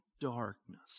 darkness